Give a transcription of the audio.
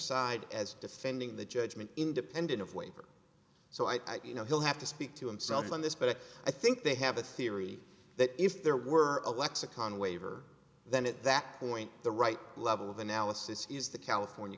side as defending the judgment independent of waiver so i you know he'll have to speak to himself on this but i think they have a theory that if there were a lexicon waiver then at that point the right level of analysis is the california